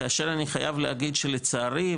כאשר אני חייב להגיד שלצערי,